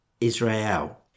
Israel